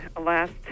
last